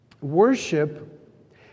Worship